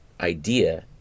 idea